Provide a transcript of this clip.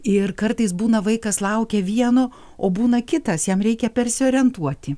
ir kartais būna vaikas laukia vieno o būna kitas jam reikia persiorientuoti